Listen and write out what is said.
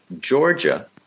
Georgia